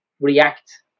react